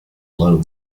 loan